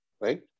right